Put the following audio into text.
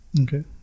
Okay